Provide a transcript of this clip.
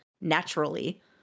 naturally